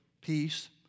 peace